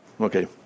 Okay